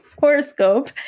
horoscope